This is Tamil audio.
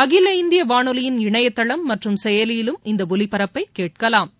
அகில இந்திய வானெலியின் இணையதளம் மற்றும் செயலியிலும் இந்த ஒலிபரப்பை கேட்கலாம்